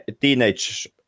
teenage